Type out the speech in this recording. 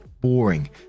boring